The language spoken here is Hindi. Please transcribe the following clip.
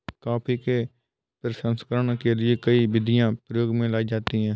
कॉफी के प्रसंस्करण के लिए कई विधियां प्रयोग में लाई जाती हैं